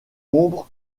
ombres